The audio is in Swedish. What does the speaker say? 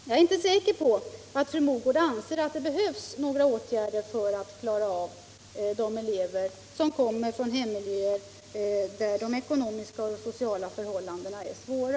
Jag är inte säker på att fru Mogård anser att det behövs några åtgärder för att hjälpa de elever som kommer från hemmiljöer där de ekonomiska och sociala förhållandena är svåra.